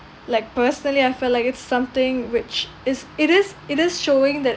like personally I felt like it's something which is it is it is showing that